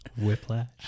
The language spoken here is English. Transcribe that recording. Whiplash